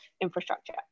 infrastructure